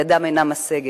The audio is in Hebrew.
ידם אינה משגת,